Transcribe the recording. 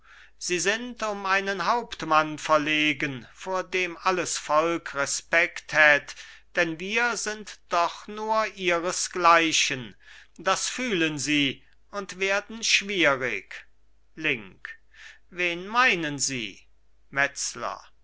sie sind um einen hauptmann verlegen vor dem alles volk respekt hätt denn wir sind doch nur ihresgleichen das fühlen sie und werden schwürig link wen meinen sie metzler